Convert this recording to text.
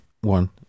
one